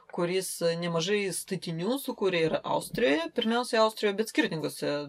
kuris nemažai statinių sukūrė ir austrijoje pirmiausiai austrijo bet skirtingose